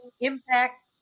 Impact